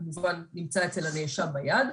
כמובן נמצא אצל הנאשם ביד,